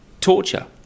torture